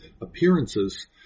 appearances